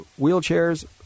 wheelchairs